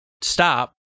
stop